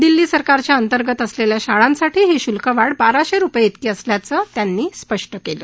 दिल्ली सरकारच्या अंतर्गत असलेल्या शाळांसाठी ही शुल्कवाढ बाराशे रुपये इतकी असल्याचं त्यांनी स्पष्ट केलं